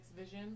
vision